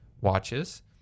watches